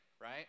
right